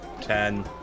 ten